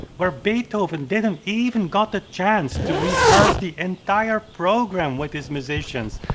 where beethoven didn't even got the chance to rehearse the entire program with his musicians,